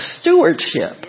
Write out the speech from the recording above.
stewardship